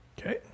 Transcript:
Okay